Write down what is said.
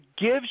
gives